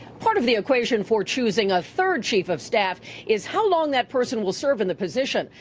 part of the equation for choosing a third chief of staff is how long that person will serve in the position.